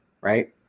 Right